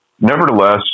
Nevertheless